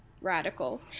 radical